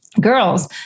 girls